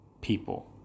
people